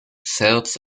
salts